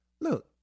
Look